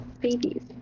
babies